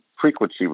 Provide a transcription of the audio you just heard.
frequency